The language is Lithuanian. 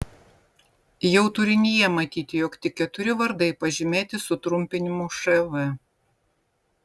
jau turinyje matyti jog tik keturi vardai pažymėti sutrumpinimu šv